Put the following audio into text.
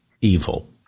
evil